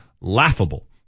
laughable